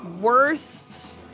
worst